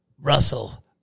Russell